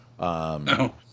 No